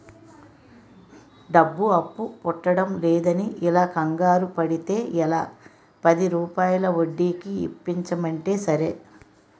డబ్బు అప్పు పుట్టడంలేదని ఇలా కంగారు పడితే ఎలా, పదిరూపాయల వడ్డీకి ఇప్పించమంటే సరే